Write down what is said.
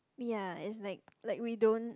ya it's like like we don't